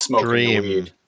dream